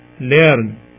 learn